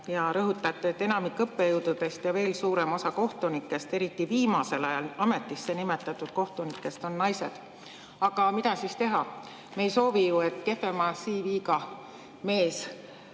Te rõhutate, et enamik õppejõududest ja veel suurem osa kohtunikest, eriti viimasel ajal ametisse nimetatud kohtunikest, on naised. Aga mida siis teha? Me ei soovi ju, et kehvema CV‑ga